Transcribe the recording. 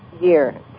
year